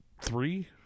three